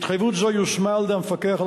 התחייבות זו יושמה על-ידי המפקח על